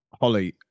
Holly